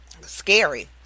scary